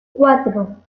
cuatro